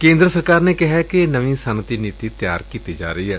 ਕੇਦਰ ਸਰਕਾਰ ਨੇ ਕਿਹੈ ਕਿ ਨਵੀ ਸੱਨਅਤੀ ਨੀਡੀ ਤਿਆਰ ਕੀਡੀ ਜਾ ਰਹੀ ਏ